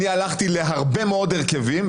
אני הלכתי להרבה מאוד הרכבים,